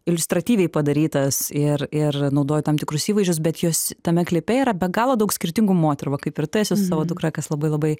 iliustratyviai padarytas ir ir naudoju tam tikrus įvaizdžius bet jos tame klipe yra be galo daug skirtingų moterų va kaip ir tu esi su savo dukra kas labai labai